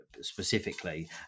specifically